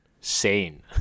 Sane